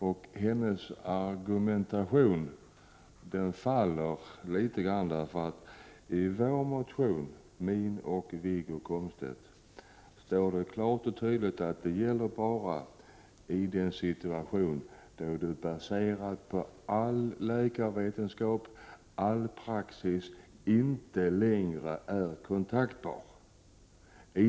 Ingrid Anderssons argumentation faller litet grand, därför att i min och Wiggo Komstedts motion står det klart och tydligt att det gäller bara i den situation då en människa, baserat på allläkarvetenskap, all praxis, inte längre är kontaktbar.